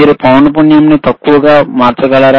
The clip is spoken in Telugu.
మీరు పౌనపున్యం ని తక్కువగా మార్చగలరా